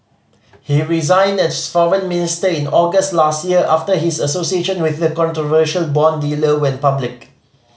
he resigned as foreign minister in August last year after his association with the controversial bond dealer went public